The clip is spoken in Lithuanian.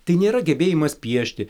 tai nėra gebėjimas piešti